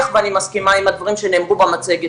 קודם כל יש כאן עול כבד שמוטל על הרשויות המקומיות.